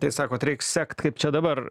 tai sakot reik sekt kaip čia dabar